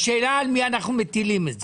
השאלה היא על מי אנחנו מטילים את זה.